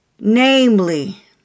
Namely